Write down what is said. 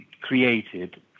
created